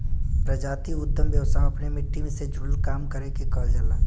प्रजातीय उद्दम व्यवसाय अपने मट्टी से जुड़ल काम करे के कहल जाला